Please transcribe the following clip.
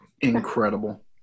Incredible